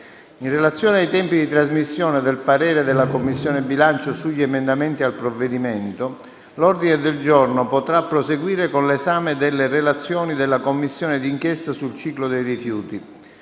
In relazione ai tempi di trasmissione del parere della Commissione bilancio sugli emendamenti al provvedimento, l'ordine del giorno potrà proseguire con l'esame delle relazioni della Commissione d'inchiesta sul ciclo dei rifiuti.